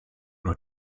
nur